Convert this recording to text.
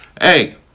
Hey